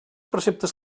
preceptes